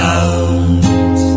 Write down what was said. out